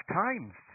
times